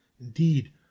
Indeed